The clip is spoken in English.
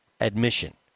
admission